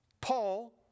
Paul